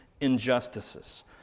injustices